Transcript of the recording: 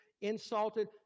insulted